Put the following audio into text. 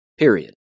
period